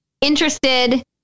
interested